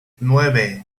nueve